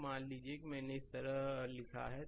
तो मान लीजिए कि मैंने इस तरह लिखा है